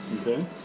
Okay